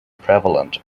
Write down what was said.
prevalent